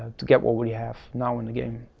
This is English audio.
to get what we have now in the game.